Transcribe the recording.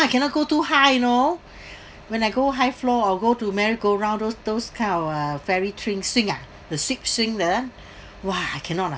I cannot go too high you know when I go high floor or go to merry go round those those kind of a very string swing ah to sit swing there !wah! I cannot lah